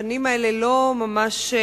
הפנים האלה לא ממש,